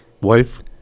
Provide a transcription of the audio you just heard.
Wife